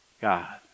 God